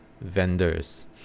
vendors